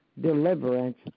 deliverance